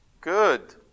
good